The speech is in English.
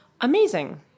Amazing